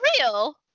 real